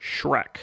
Shrek